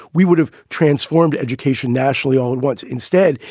we would have transformed education nationally all at once. instead,